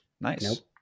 Nice